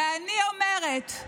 ואני אומרת,